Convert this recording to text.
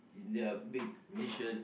in their big nation